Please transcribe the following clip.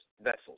vessels